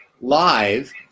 live